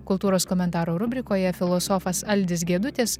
kultūros komentaro rubrikoje filosofas aldis gedutis